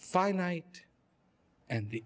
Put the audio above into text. finite and the